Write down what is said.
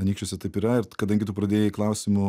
anykščiuose taip yra ir kadangi tu pradėjai klausimu